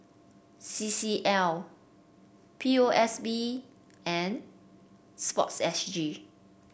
C C L P O S B and sports S G